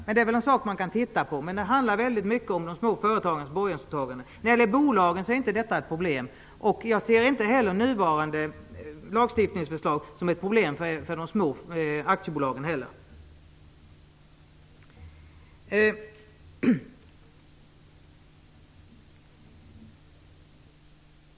Det är något som man kan titta på, men det handlar här mycket om de små företagens borgensåtaganden. Detta är inte något problem när det gäller bolagen, och jag ser inte heller nu föreliggande lagstiftningsförslag som ett problem för de små aktiebolagen.